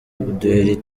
uduheri